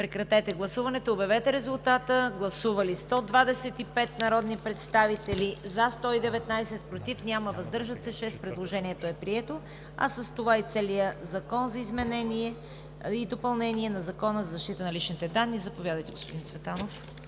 режим на гласуване за създаването на нов § 122. Гласували 125 народни представители: за 119, против няма, въздържали се 6. Предложението е прието, а с това и целият Закон за изменение и допълнение на Закона за защита на личните данни. Заповядайте, господин Цветанов.